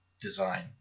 design